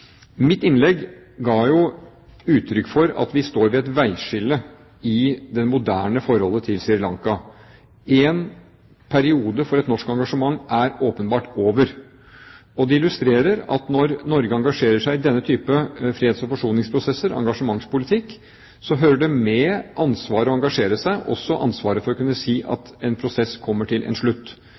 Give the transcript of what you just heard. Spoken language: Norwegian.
Mitt innlegg ga uttrykk for at vi står ved et veiskille i det moderne forholdet til Sri Lanka. En periode for et norsk engasjement er åpenbart over, og det illustrerer at når Norge engasjerer seg i denne type freds- og forsoningsprosesser, engasjementspolitikk, hører det med ansvaret for å engasjere seg også et ansvar for å kunne si at en prosess kommer til en slutt